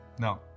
no